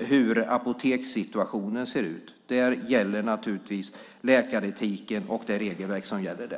hur apotekssituationen ser ut. Där gäller naturligtvis läkaretiken och det regelverk som gäller där.